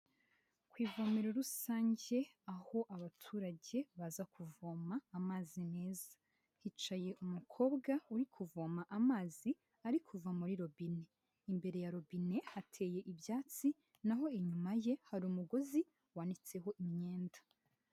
Ku ivomero rusange aho abaturage baza kuvoma amazi meza, hicaye umukobwa uri kuvoma amazi ari kuva muri robine, imbere ya robine hateye ibyatsi, naho inyuma ye hari umugozi wanitseho imyenda.